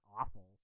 awful